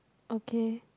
okay